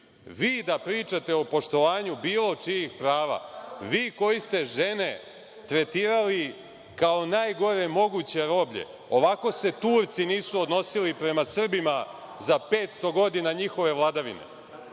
Vi da pričate o poštovanju bilo čijih prava, vi koji ste žene tretirali kao najgore moguće roblje? Ovako se Turci nisu odnosili prema Srbima za 500 godina njihove vladavine.